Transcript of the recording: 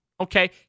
okay